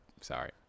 sorry